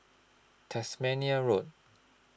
Tasmania Road